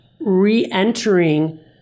re-entering